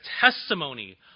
testimony